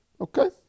Okay